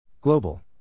Global